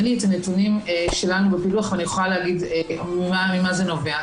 אין לי את הנתונים שלנו בפילוח ואני יכולה להגיד ממה זה נובע.